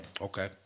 Okay